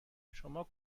شما